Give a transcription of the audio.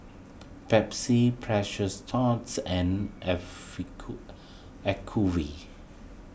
Pepsi Precious Thots and Acuvue